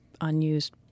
unused